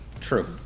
True